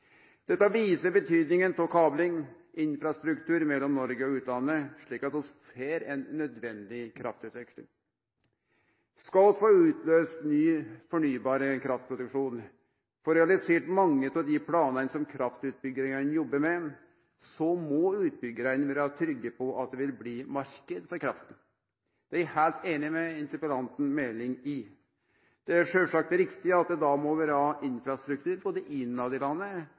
Dette viser betydinga av kabling, infrastruktur mellom Noreg og utlandet, slik at vi får ei nødvendig kraftutveksling. Skal vi få utløyst ny fornybar kraftproduksjon, få realisert mange av dei planane som kraftutbyggjarane jobbar med, må utbyggjarane vere trygge på at det vil bli ein marknad for krafta. Det er eg heilt einig med representanten Meling i. Det er sjølvsagt riktig at det da må